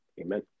amen